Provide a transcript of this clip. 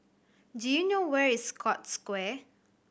do you know where is Scotts Square